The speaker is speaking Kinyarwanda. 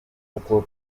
uko